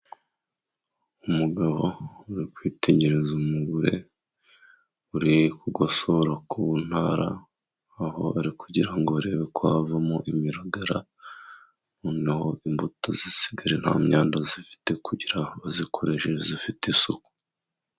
Umugabo uri kwitegereza umugore uri kugosora ku ntara aho ari kugira ngo arebe uko havamo imiragara noneho imbuto zisigarira mu myanda zifite kugira aho bazikoreshe zifite isuku.